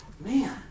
man